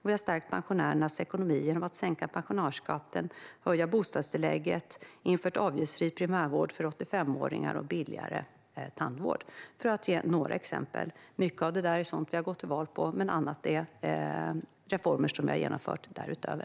Vi har stärkt pensionärernas ekonomi genom att sänka pensionärsskatten, höja bostadstillägget, införa avgiftsfri primärvård för 85åringar och införa billigare tandvård. Detta var bara några exempel. Mycket av det är sådant som vi har gått till val på, medan annat är reformer som vi har genomfört därutöver.